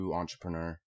entrepreneur